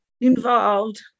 involved